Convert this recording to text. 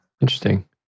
Interesting